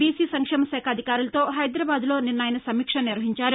BC సంక్షేమ శాఖ అధికారులతో హైదరాబాద్లో నిన్న ఆయన సమీక్ష నిర్వహించారు